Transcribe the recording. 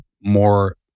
more